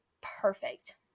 perfect